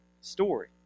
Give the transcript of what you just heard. story